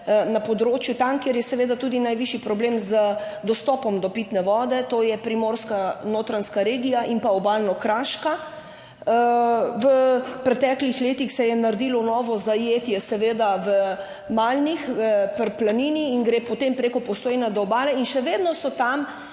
na področju, tam, kjer je seveda tudi najvišji problem z dostopom do pitne vode, to je Primorska, Notranjska regija in pa Obalno kraška. V preteklih letih se je naredilo novo zajetje seveda v Malnih pri Planini in gre potem preko Postojne do obale in še vedno so tam